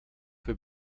für